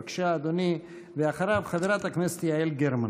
בבקשה, אדוני, ואחריו, חברת הכנסת יעל גרמן.